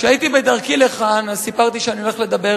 כשהייתי בדרכי לכאן סיפרתי שאני הולך לדבר